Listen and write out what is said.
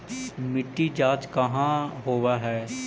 मिट्टी जाँच कहाँ होव है?